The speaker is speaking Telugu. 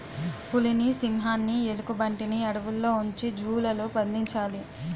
పులిని సింహాన్ని ఎలుగుబంటిని అడవుల్లో ఉంచి జూ లలో బంధించాలి